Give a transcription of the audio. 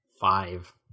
five